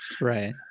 right